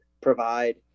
provide